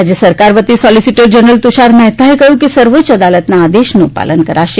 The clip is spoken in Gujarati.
રાજ્ય સરકાર વતી સોલિસિટર જનરલ તુષાર મહેતાએ કહ્યું હતું કે સર્વોચ્ય અદાલતના આદેશનું પાલન કરાશે